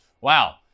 wow